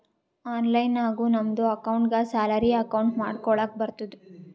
online ನಾಗು ನಮ್ದು ಅಕೌಂಟ್ಗ ಸ್ಯಾಲರಿ ಅಕೌಂಟ್ ಮಾಡ್ಕೊಳಕ್ ಬರ್ತುದ್